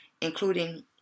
including